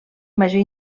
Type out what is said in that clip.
major